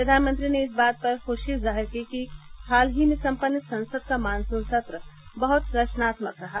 प्रधानमंत्री ने इस बात पर खुशी जाहिर की कि हाल ही में सम्पन्न संसद का मॉनसून सत्र बहुत रचनात्मक रहा